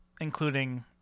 including